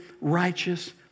righteous